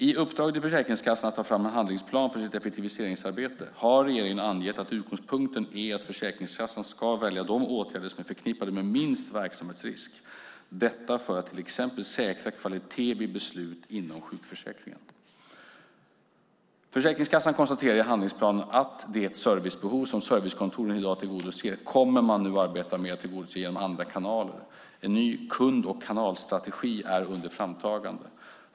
I uppdraget till Försäkringskassan att ta fram en handlingsplan för sitt effektiviseringsarbete har regeringen angett att utgångspunkten är att Försäkringskassan ska välja de åtgärder som är förknippade med minst verksamhetsrisk, detta för att till exempel säkra kvalitet vid beslut inom sjukförsäkringen. Försäkringskassan konstaterar i handlingsplanen att det servicebehov som servicekontoren i dag tillgodoser kommer man nu att arbeta med att tillgodose genom andra kanaler. En ny kund och kanalstrategi är under framtagande.